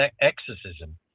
exorcism